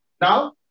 Now